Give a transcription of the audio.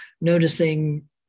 noticing